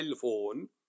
phone